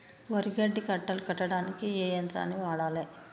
వరి గడ్డి కట్టలు కట్టడానికి ఏ యంత్రాన్ని వాడాలే?